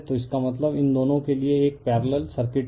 तो इसका मतलब इन दोनों के लिए एक पैरेलल सर्किट है